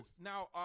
now